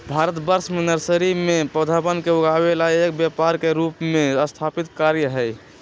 भारतवर्ष में नर्सरी में पौधवन के उगावे ला एक व्यापार के रूप में स्थापित कार्य हई